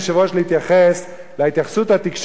להתייחס להתייחסות התקשורתית.